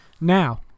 Now